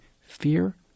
fear